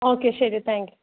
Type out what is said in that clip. okay ശരി thank you